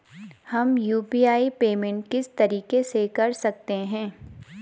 हम UPI payment किस तरीके से कर सकते हैं?